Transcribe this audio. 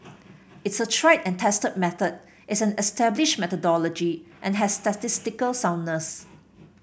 it's a tried and tested method it's an established methodology and has statistical soundness